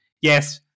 yes